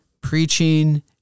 preaching